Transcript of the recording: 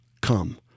come